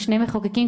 שני מחוקקים,